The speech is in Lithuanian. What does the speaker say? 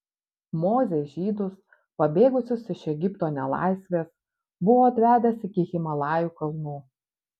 mozė žydus pabėgusius iš egipto nelaisvės buvo atvedęs iki himalajų kalnų